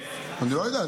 אני לא יודע,